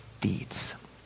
deeds